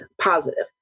positive